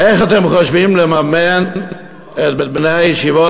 איך אתם חושבים לממן את בני הישיבות,